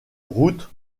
route